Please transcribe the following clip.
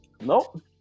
nope